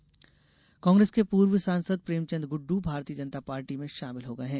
गुडडू भाजपा कांग्रेस के पूर्व सांसद प्रेमचंद गुडडू भारतीय जनता पार्टी में शामिल हो गये हैं